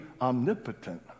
omnipotent